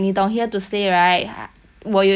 我有一个 additional card right